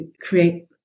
create